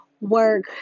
work